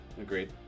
agreed